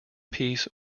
piece